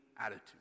attitude